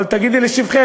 אבל תגידי לשבחך,